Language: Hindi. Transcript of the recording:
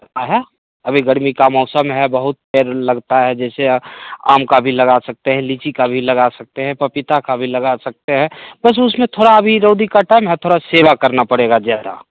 है अभी गर्मी का मौसम है बहुत पेड़ लगता है जैसे आम का भी लगा सकते हैं लीची का भी लगा सकते हैं पपीता का भी लगा सकते हैं बस उसमें थोड़ा अभी रोध कटन है मैं थोड़ा सेवा करना पड़ेगा ज्यादा